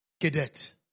cadet